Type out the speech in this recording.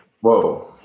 Whoa